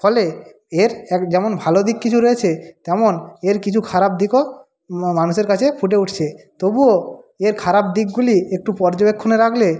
ফলে এর এক যেমন ভালো দিক কিছু রয়েছে তেমন এর কিছু খারাপ দিকও মানুষের কাছে ফুটে উঠছে তবুও এর খারাপ দিকগুলি একটু পর্যবেক্ষণে রাখলে